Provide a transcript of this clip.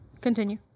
continue